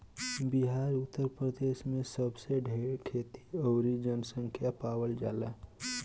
बिहार उतर प्रदेश मे सबसे ढेर खेती अउरी जनसँख्या पावल जाला